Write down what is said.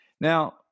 Now